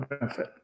benefit